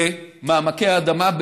במעמקי האדמה.